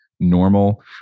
normal